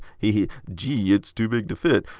he he, gee it's too big to fit.